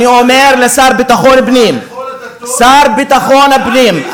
אני אומר לשר לביטחון פנים: השר לביטחון פנים,